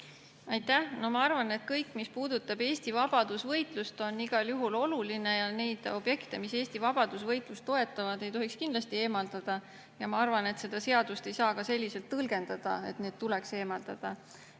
ma arvan, et kõik, mis puudutab Eesti vabadusvõitlust, on igal juhul oluline, ja neid objekte, mis Eesti vabadusvõitlust toetavad, ei tohiks kindlasti eemaldada. Ma arvan, et seda seadust ei saa ka selliselt tõlgendada, et need tuleks eemaldada.